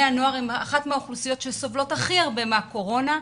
הנוער הם אחת האוכלוסיות שסובלות הכי הרבה מהקורונה,